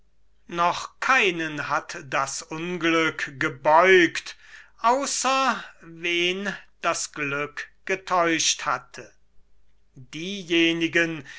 noch keinen hat das unglück gebeugt außer wenn das glück getäuscht hatte diejenigen